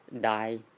die